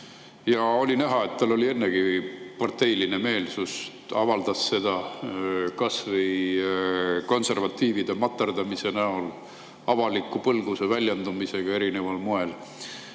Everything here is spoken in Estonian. ja oli näha, et tal oli ennegi parteiline meelsus olnud. Ta avaldas seda kas või konservatiivide materdamise näol, avaliku põlguse väljendamisega erineval moel.